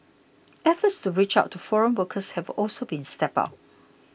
efforts to reach out to foreign workers have also been stepped up